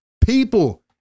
people